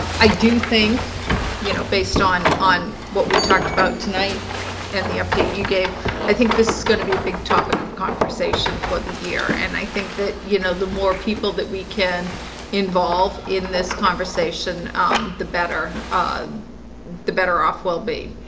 i do think you know based on on what we talked about tonight and the update you gave i think this is going to be a big topic of conversation for the year, and i think that you know, the more people that we can involve in this conversation um the better the better off we'll be